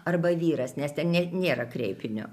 arba vyras nes ten ne nėra kreipinio